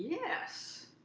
yes.